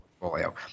portfolio